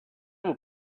will